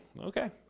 Okay